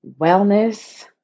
wellness